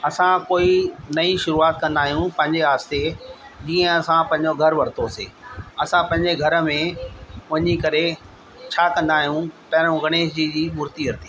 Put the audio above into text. असां कोई नईं शुरूआति कंदा आहियूं पंहिंजे वास्ते जीअं असां पंहिंजो घरु वरितोसीं असां पंहिंजे घर में वञी करे छा कंदा आहियूं पहिरियों गणेश जी जी मूर्ति वरिती